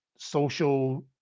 social